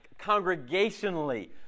congregationally